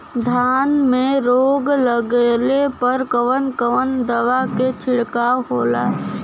धान में रोग लगले पर कवन कवन दवा के छिड़काव होला?